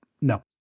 No